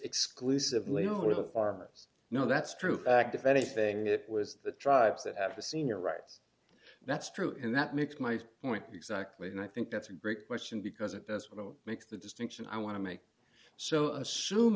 exclusively over the farmers no that's true fact if anything it was the tribes that have a senior rights that's true and that makes my point exactly and i think that's a great question because it does well it makes the distinction i want to make so assum